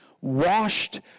washed